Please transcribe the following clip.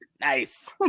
Nice